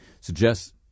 suggests